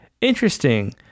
interesting